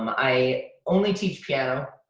i only teach piano.